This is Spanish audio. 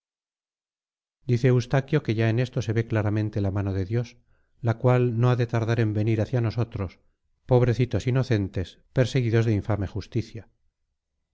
dice eustaquio que ya en esto se ve claramente la mano de dios la cual no ha de tardar en venir hacia nosotros pobrecitos inocentes perseguidos de infame justicia